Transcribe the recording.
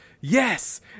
yes